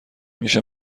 میشه